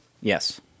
Yes